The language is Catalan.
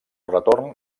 retorn